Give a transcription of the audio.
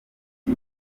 ati